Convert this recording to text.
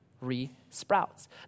re-sprouts